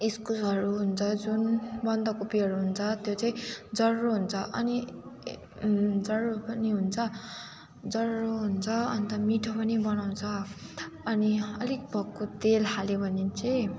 इस्कुसहरू हुन्छ जुन बन्दकोपीहरू हुन्छ त्यो चाहिँ जर्रो हुन्छ अनि जर्रो पनि हुन्छ जर्रो हुन्छ अन्त मिठो पनि बनाउँछ अनि अलिक भक्कु तेल हाल्यो भने चाहिँ